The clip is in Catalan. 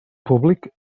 públic